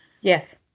yes